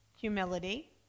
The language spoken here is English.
Humility